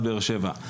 עד באר שבע.